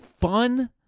fun